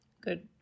Good